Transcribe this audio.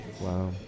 Wow